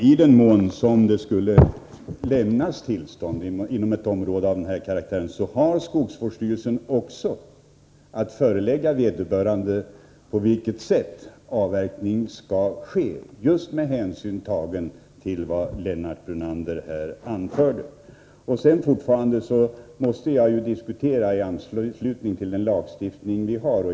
Herr talman! I den mån tillstånd inom ett område av denna karaktär skulle Torsdagen den lämnas har skogsvårdsstyrelsen också att förelägga vederbörande på vilket — 17 maj 1984 sätt avverkningen skall ske just med hänsyn tagen till vad Lennart Brunander här anförde. Jag måste diskutera i anslutning till gällande lagstiftning.